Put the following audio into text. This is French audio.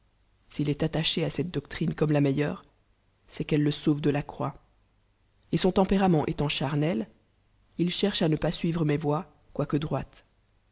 s'il est attaché à cette doctrine comme la meilleure c'est qu'elle le sauve de la croix et son tempérament étant charnel il cherche à ne pas suivre mes voies quoique droites